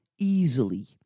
Easily